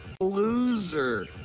Loser